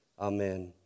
Amen